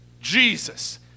Jesus